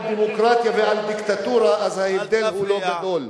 על דמוקרטיה ועל דיקטטורה, אז ההבדל הוא לא גדול.